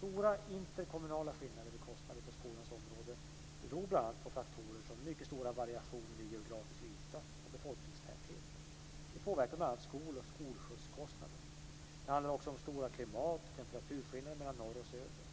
Stora interkommunala skillnader i kostnader på skolans område beror bl.a. på faktorer som mycket stora variationer i geografisk yta och befolkningstäthet. Det påverkar bl.a. skol och skolskjutskostnaderna. Det handlar också om stora klimat och temperaturskillnader mellan norr och söder.